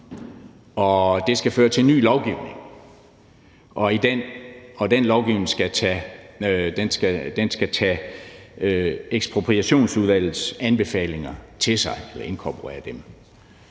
det skal føre til ny lovgivning, og den lovgivning skal tage Ekspropriationsudvalgets anbefalinger til sig